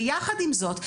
ויחד עם זאת,